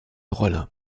rolle